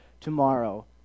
tomorrow